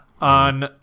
on